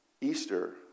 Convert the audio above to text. Easter